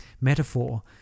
metaphor